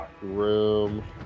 room